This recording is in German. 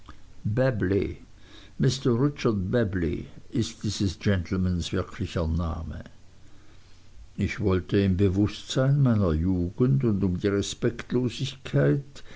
babley ist dieses gentlemans wirklicher name ich wollte im bewußtsein meiner jugend und um die respektlosigkeit